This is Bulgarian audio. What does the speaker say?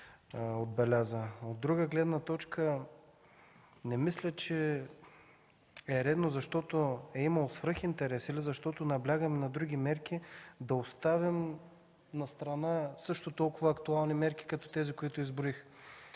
От друга гледна точка, не мисля, че е редно, защото е имало свръхинтерес или защото наблягаме на други мерки, да оставим настрана също толкова актуални мерки, които изброих.